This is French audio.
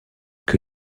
que